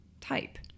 type